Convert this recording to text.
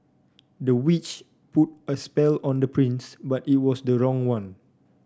the witch put a spell on the prince but it was the wrong one